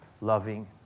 loving